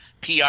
PR